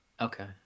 Okay